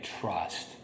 trust